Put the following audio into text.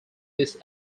this